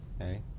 okay